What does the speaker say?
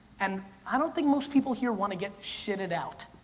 and i don't think most people here wanna get shitted out,